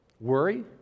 worry